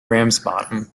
ramsbottom